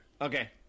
Okay